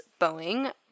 Boeing